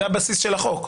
זה הבסיס של החוק.